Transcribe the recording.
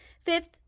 Fifth